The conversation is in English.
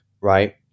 right